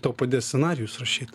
tau padės scenarijus rašyt